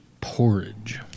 porridge